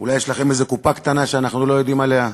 אולי יש לכם איזו קופה קטנה שאנחנו לא יודעים עליה?